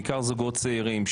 בעיקר זוגות צעירים,